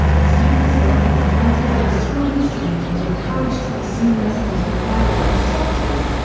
students are often provided with a school instrument and encouraged to pursue lessons with private instructors.